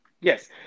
Yes